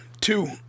two